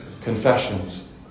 confessions